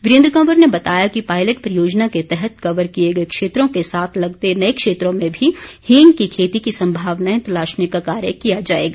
वीरेन्द्र कंवर ने बताया कि पायलट परियोजना के तहत कवर किए गए क्षेत्रों के साथ लगते नए क्षेत्रों में भी हींग की खेती की संभावनाएं तलाशने का कार्य किया जाएगा